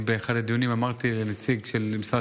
באחד הדיונים אמרתי לנציג של משרד